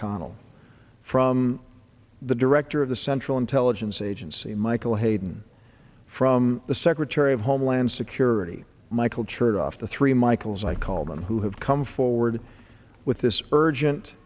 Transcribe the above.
mcconnell from the director of the central intelligence agency michael hayden from the secretary of homeland security michael chertoff the three michaels i call them who have come forward with this urgent